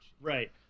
right